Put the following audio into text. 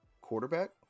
quarterback